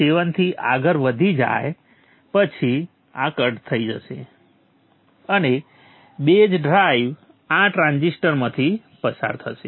7 થી આગળ વધી જાય પછી આ કટ થઈ જશે અને બેઝ ડ્રાઈવ આ ટ્રાંઝિસ્ટરમાંથી પસાર થશે